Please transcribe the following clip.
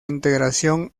integración